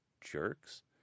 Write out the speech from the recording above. jerks